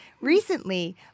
Recently